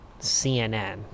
CNN